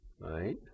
right